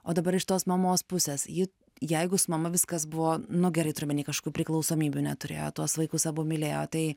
o dabar iš tos mamos pusės ji jeigu su mama viskas buvo nu gerai turiu omeny kažkokių priklausomybių neturėjo tuos vaikus abu mylėjo tai